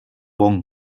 bon